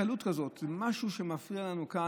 הקלות הזאת, זה מה שמפריע לנו כאן,